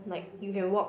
like you can walk